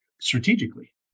strategically